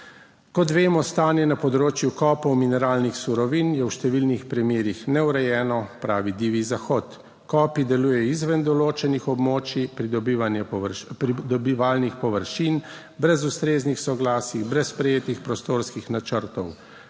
Kot vemo, stanje na področju kopov mineralnih surovin je v številnih primerih neurejeno, pravi divji zahod. kopi delujejo izven določenih območij, pridobivanje, pridobivalnih površin, brez ustreznih soglasij, brez sprejetih prostorskih načrtov,